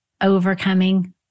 overcoming